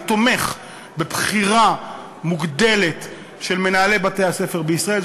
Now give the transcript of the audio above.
אני תומך בבחירה מוגדלת של מנהלי בתי-הספר בישראל.